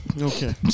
okay